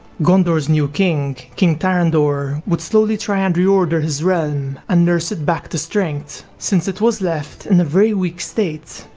gondor's new king, king tarandor would slowly try and reorder his realm, and nurse it back to strength since it was left in a very weak state,